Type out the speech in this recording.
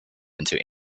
into